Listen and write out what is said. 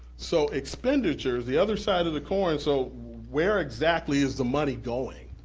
so expenditures, the other side of the coin, so where exactly is the money going?